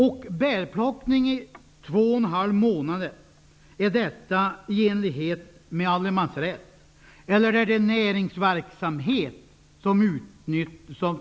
Är bärplockning i två och en halv månader i enlighet med allmansrätten, eller är det näringsverksamhet?